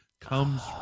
comes